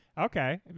Okay